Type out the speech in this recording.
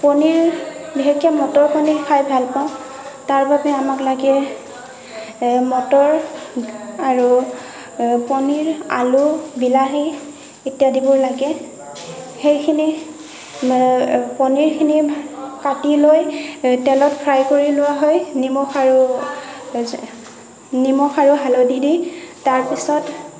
পনীৰ বিশেষকৈ মটৰ পনীৰ খাই ভাল পাওঁ তাৰ বাবে আমাক লাগে মটৰ আৰু পনীৰ আলু বিলাহী ইত্যাদিবোৰ লাগে সেইখিনি পনীৰখিনি কাটি লৈ তেলত ফ্ৰাই কৰি লোৱা হয় নিমখ আৰু নিমখ আৰু হালধি দি তাৰ পিছত